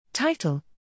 Title